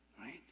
right